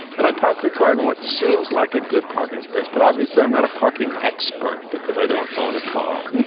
and i park the car in what seems like a good parking space. but obviously i'm not a parking expert because i don't own a car.